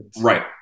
Right